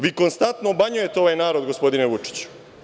Vi konstantno obmanjujete ovaj narod, gospodine Vučiću.